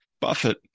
Buffett